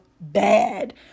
bad